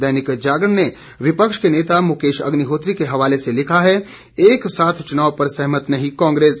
दैनिक जागरण ने विपक्ष के नेता मुकेश अग्निहोत्री के हवाले से लिखा है एक साथ चुनाव पर सहमत नहीं कांग्रेस